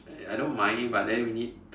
I I don't mind but then we need